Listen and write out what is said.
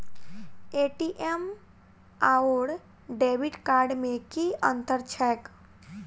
ATM आओर debit card मे की अंतर छैक?